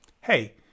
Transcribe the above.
hey